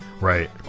Right